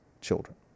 children